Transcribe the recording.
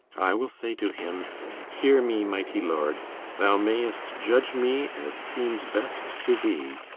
i will say to him hear me, mighty lord thou may'st judge me as seems best to thee.